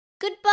Goodbye